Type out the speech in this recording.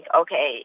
okay